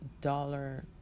dollar